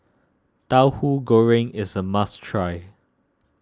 Tauhu Goreng is a must try